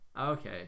Okay